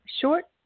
short